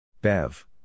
Bev